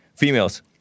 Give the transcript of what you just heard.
Females